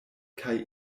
kaj